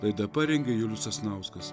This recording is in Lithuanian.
laidą parengė julius sasnauskas